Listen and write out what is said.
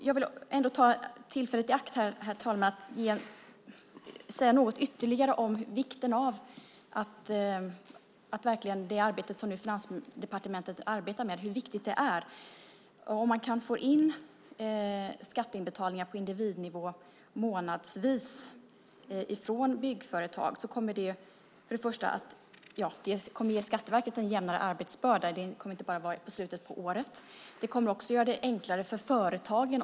Jag vill ta tillfället i akt här, herr talman, att säga något ytterligare om vikten av det arbete som Finansdepartementet nu genomför. En första fördel om man kan få in skatteinbetalningar på individnivå månadsvis från byggföretag är att det kommer att ge Skatteverket en jämnare arbetsbörda. Inbetalningarna kommer inte att göras bara i slutet av året. Det kommer också att göra det enklare för företagen.